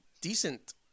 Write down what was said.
decent